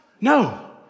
No